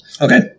Okay